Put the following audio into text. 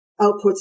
outputs